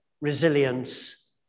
resilience